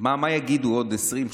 מה יגידו עוד 20,